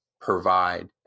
provide